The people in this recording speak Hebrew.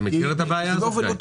גיא, אתה מכיר את הבעיה הזאת?